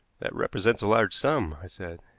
that represents a large sum, i said.